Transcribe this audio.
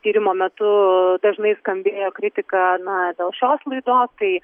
tyrimo metu dažnai skambėjo kritika na dėl šios laidos tai